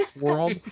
World